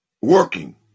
working